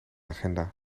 agenda